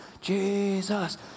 Jesus